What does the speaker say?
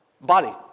Body